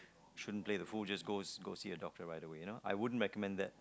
shouldn't play a fool just go go see a doctor you know I wouldn't recommend that